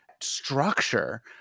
structure